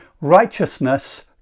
Righteousness